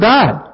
God